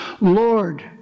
Lord